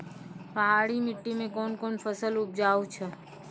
पहाड़ी मिट्टी मैं कौन फसल उपजाऊ छ?